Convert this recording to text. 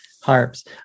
harps